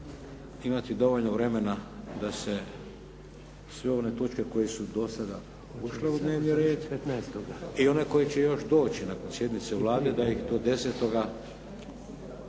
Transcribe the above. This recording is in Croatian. imati dovoljno vremena da se sve one točke koje su do sada ušle u dnevni redi i one koje će još doći nakon sjednice Vlade da ih do 10.